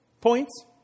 points